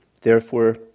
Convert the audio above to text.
Therefore